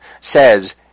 says